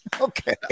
Okay